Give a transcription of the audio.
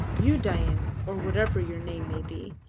you, dain, or whatever your name may be,